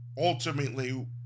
ultimately